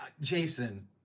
Jason